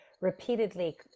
repeatedly